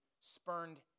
spurned